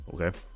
okay